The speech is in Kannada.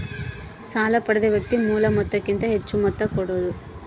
ಸಾಲ ಪಡೆದ ವ್ಯಕ್ತಿ ಮೂಲ ಮೊತ್ತಕ್ಕಿಂತ ಹೆಚ್ಹು ಮೊತ್ತ ಕೊಡೋದು